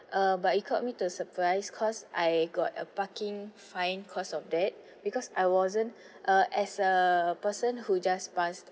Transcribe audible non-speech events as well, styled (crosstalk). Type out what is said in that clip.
uh but it caught me to supplies cause I got a parking fine cause of that because I wasn't (breath) uh as a person who just pass